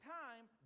time